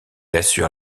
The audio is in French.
assure